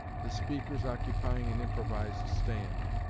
the speakers occupying an improvised stand.